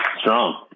Strong